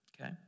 okay